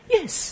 Yes